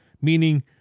Meaning